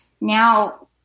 now